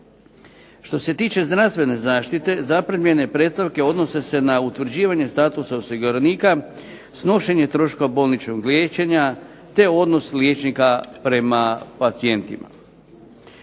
Što se tiče zdravstvene zaštite zaprimljene predstavke odnose se na utvrđivanje statusa osiguranika, snošenje troškova bolničkog liječenja, te odnos liječnika prema pacijentima.